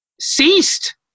ceased